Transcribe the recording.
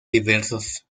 diversos